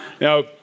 Now